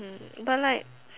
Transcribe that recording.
mm but like